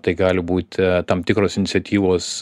tai gali būti tam tikros iniciatyvos